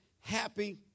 happy